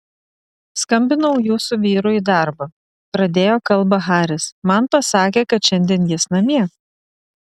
skambinau jūsų vyrui į darbą pradėjo kalbą haris man pasakė kad šiandien jis namie